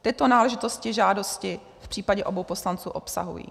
Tyto náležitosti žádosti v případě obou poslanců obsahují.